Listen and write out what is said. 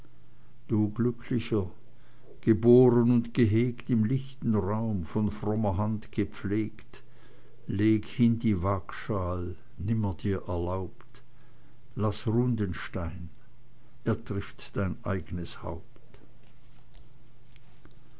du glücklicher geboren und gehegt im lichten raum von frommer hand gepflegt leg hin die waagschal nimmer dir erlaubt laß ruhn den stein er trifft dein eignes haupt